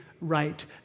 right